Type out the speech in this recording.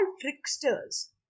tricksters